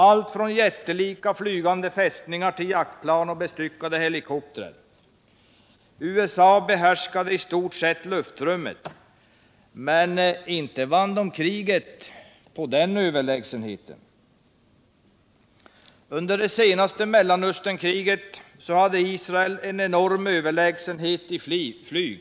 Allt från jättelika flygande fästningar till jaktplan och bestyckade helikoptrar. USA behärskade i stort sett luftrummet — men inte vann man kriget på den överlägsenheten. Under det senaste Mellanösternkriget visade Israel en enorm överlägsenhet när det gäller flyg.